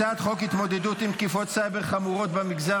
הצעת חוק התמודדות עם תקיפות סייבר חמורות במגזר